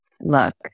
look